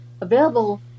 available